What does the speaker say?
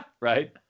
Right